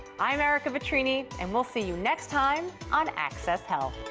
i'm ereka vetrini and we'll see you next time on access health.